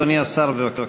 אדוני השר, בבקשה.